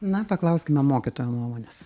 na paklauskime mokytojo nuomonės